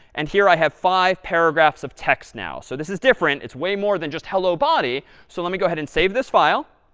and here i have five paragraphs of text now. so this is different. it's way more than just hello, body. so let me go ahead and save this file.